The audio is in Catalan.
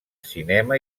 cinema